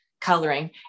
coloring